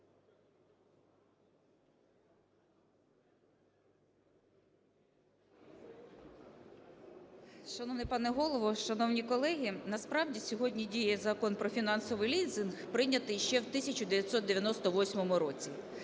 Шановний пане Голово, шановні колеги! Насправді сьогодні діє Закон "Про фінансовий лізинг", прийнятий ще в 1998 році.